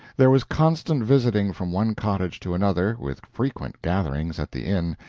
there was constant visiting from one cottage to another, with frequent gatherings at the inn,